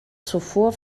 zuvor